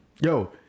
yo